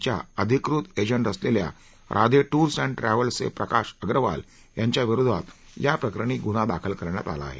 च्या अधिकृत एजंट असलेल्या राधे टूर्स एण्ड ट्रॅव्हल्सचे प्रकाश अग्रवाल यांच्या विरोधात याप्रकरणी गुन्हा दाखल करण्यात आला आहे